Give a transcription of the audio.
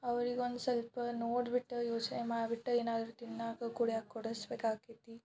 ಅವ್ರಿಗೊಂದು ಸ್ವಲ್ಪ ನೋಡ್ಬಿಟ್ಟು ಯೋಚನೆ ಮಾಡ್ಬಿಟ್ಟು ಏನಾದ್ರೂ ತಿನ್ನಕ್ಕ ಕುಡ್ಯಕ್ಕ ಕೊಡಿಸಬೇಕಾಕೈತಿ